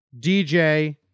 DJ